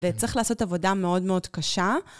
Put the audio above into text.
וצריך לעשות עבודה מאוד מאוד קשה.